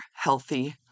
healthy